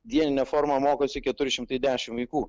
dienine forma mokosi keturi šimtai dešimt vaikų